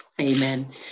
Amen